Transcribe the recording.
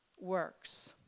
works